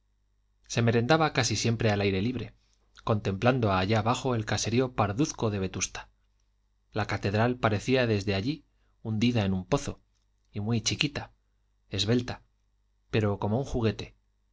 se merendaba casi siempre al aire libre contemplando allá abajo el caserío parduzco de vetusta la catedral parecía desde allí hundida en un pozo y muy chiquita esbelta pero como un juguete